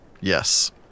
Yes